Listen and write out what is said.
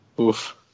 Oof